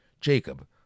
Jacob